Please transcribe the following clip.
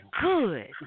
good